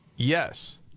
Yes